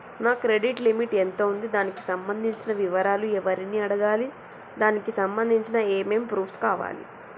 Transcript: నా credit limit ఎంత ఉంది? దానికి సంబంధించిన వివరాలు ఎవరిని అడగాలి? దానికి సంబంధించిన ఏమేం ప్రూఫ్స్ కావాలి?